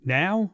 now